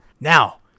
Now